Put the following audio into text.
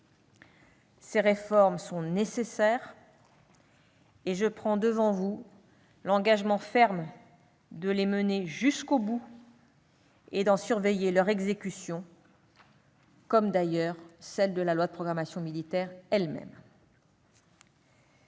Ces réformes sont nécessaires et je prends devant vous l'engagement ferme de les mener jusqu'au bout et de surveiller leur exécution- comme celle de la loi de programmation militaire elle-même.